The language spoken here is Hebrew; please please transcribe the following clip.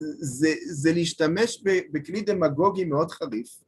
זה להשתמש בכלי דמגוגי מאוד חריף.